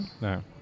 No